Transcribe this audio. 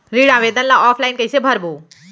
ऋण आवेदन ल ऑफलाइन कइसे भरबो?